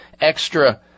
extra